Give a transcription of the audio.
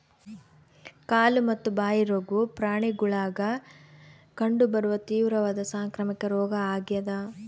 ಕಾಲು ಮತ್ತು ಬಾಯಿ ರೋಗವು ಪ್ರಾಣಿಗುಳಾಗ ಕಂಡು ಬರುವ ತೀವ್ರವಾದ ಸಾಂಕ್ರಾಮಿಕ ರೋಗ ಆಗ್ಯಾದ